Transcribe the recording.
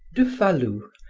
de falloux,